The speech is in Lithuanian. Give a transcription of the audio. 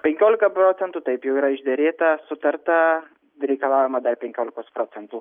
penkiolika procentų taip jau yra išderėta sutarta reikalaujama dar penkiolikos procentų